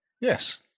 Yes